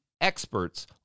experts